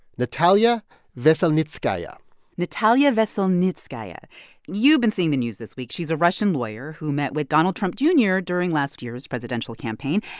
natalia veselnitskaya natalia veselnitskaya you've been seeing the news this week. she's a russian lawyer who met with donald trump jr. and during last year's presidential campaign.